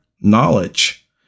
knowledge